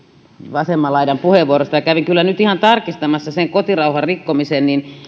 vasemman laidan puheenvuorosta ja kävin kyllä ihan tarkistamassa sen kotirauhan rikkomisen